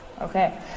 Okay